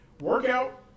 Workout